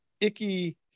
Icky